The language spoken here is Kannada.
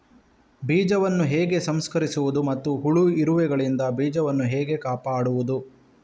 ಬೀಜವನ್ನು ಹೇಗೆ ಸಂಸ್ಕರಿಸುವುದು ಮತ್ತು ಹುಳ, ಇರುವೆಗಳಿಂದ ಬೀಜವನ್ನು ಹೇಗೆ ಕಾಪಾಡುವುದು?